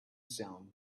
sound